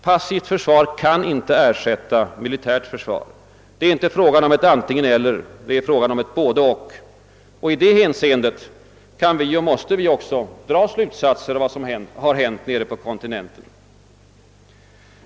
Passivt motstånd kan inte ersätta militärt försvar. Det är inte frågan om ett antingen—eller, det gäller ett både— och. I det hänseendet kan vi och måste också dra slutsatser av vad som hänt nere på kontinenten.